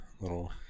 little